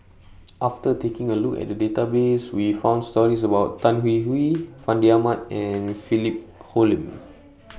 after taking A Look At The Database We found stories about Tan Hwee Hwee Fandi Ahmad and Philip Hoalim